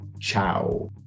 Ciao